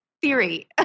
theory